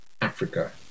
Africa